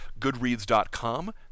goodreads.com